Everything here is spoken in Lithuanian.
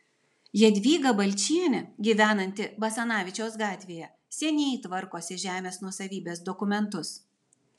jadvyga balčienė gyvenanti basanavičiaus gatvėje seniai tvarkosi žemės nuosavybės dokumentus